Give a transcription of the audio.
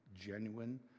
genuine